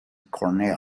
cornell